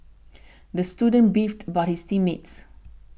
the student beefed about his team mates